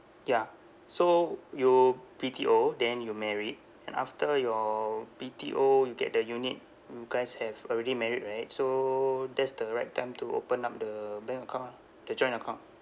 ya so you B_T_O then you married and after your B_T_O you get the unit you guys have already married right so that's the right time to open up the bank account ah the joint account